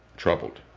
troubled.